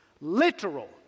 literal